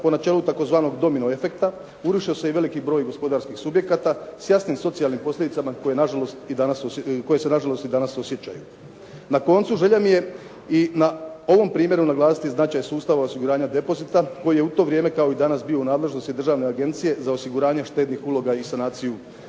po načelu tzv. domino efekta urušio se i veliki broj gospodarskih subjekata s jasnim socijalnim posljedicama koje nažalost i danas, koje se nažalost i danas osjećaju. Na koncu želja mi je i na ovom primjeru naglasiti značaj sustava osiguranja depozita koji je u to vrijeme kao i danas bio u nadležnosti Državne agencije za osiguranje štednih uloga i sanaciju banaka.